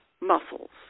muscles